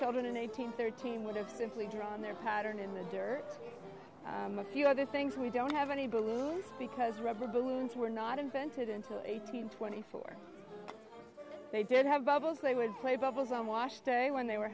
children an eighteen thirteen would have simply drawn their pattern in the dirt a few other things we don't have any balloons because rubber bones were not invented into eighteen twenty four they did have bubbles they would play bubbles on wash day when they were